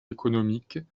économiques